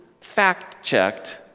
fact-checked